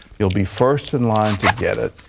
you'll be first in line to get it.